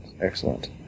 Excellent